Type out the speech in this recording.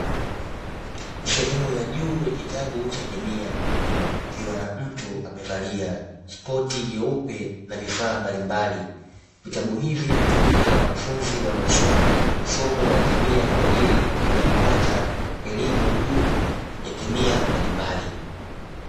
Sehemu ya juu ya kitabu cha kemia kukiwa na mtu amevalia koti jeupe na vifaa mbalimbali. Vitabu hivi hutumika na wanafunzi wanaosoma somo la kemia kwa ajili ya kupata elimu juu ya kemia mbalimbali.